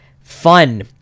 Fun